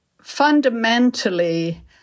fundamentally